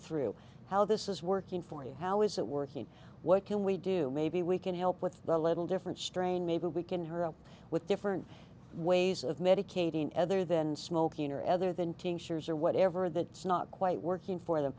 through how this is working for you how is it working what can we do maybe we can help with a little different strain maybe we can hurry up with different ways of medicating other than smoking or other than tinctures or whatever that it's not quite working for them